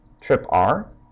TRIP-R